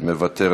מוותר.